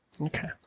Okay